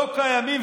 לא קיימים.